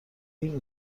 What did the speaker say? این